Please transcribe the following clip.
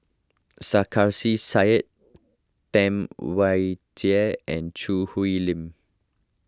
Sarkasi Said Tam Wai Jia and Choo Hwee Lim